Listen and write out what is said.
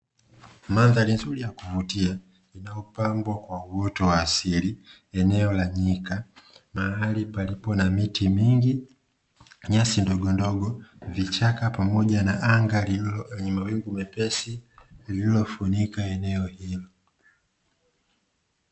Mandhari nzuri ya kuvutia na kupambwa kwa uoto wa asili, eneo la nyika mahali palipo na miti mingi, nyasi ndogo ndogo, vichaka pamoja na anga lililo lenye mawingu mepesi lililofunika eneo hilo.